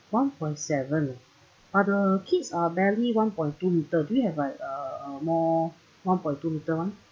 one point seven but the kids are barely one point two meter do you have like a more one point two meter one